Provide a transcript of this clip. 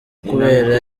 kubera